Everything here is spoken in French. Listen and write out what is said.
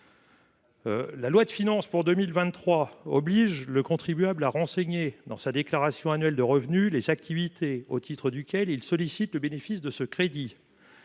La loi de finances pour 2023 oblige le contribuable à renseigner, dans sa déclaration annuelle de revenus, les activités au titre desquelles il sollicite le bénéfice de ce crédit